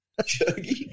Chuggy